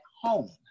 home